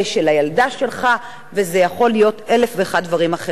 הילדה שלך וזה יכול להיות אלף ואחד דברים אחרים.